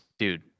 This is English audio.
Dude